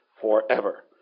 forever